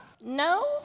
no